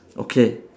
okay